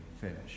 finish